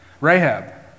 Rahab